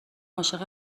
عاشق